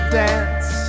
dance